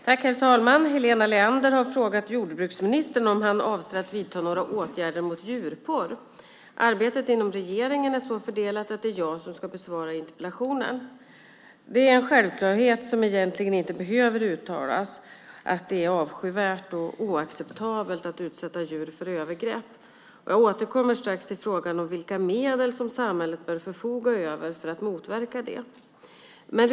Herr talman! Helena Leander har frågat jordbruksministern om han avser att vidta några åtgärder mot djurporr. Arbetet inom regeringen är så fördelat att det är jag som ska besvara interpellationen. Det är en självklarhet som egentligen inte behöver uttalas att det är avskyvärt och oacceptabelt att utsätta djur för övergrepp. Jag återkommer strax till frågan om vilka medel som samhället bör förfoga över för att motverka detta.